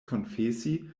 konfesi